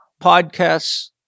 podcasts